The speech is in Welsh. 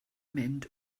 mynd